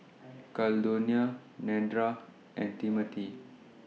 Caldonia Nedra and Timmothy